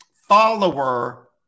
follower